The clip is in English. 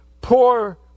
poor